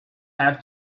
have